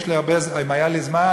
אם היה לי זמן,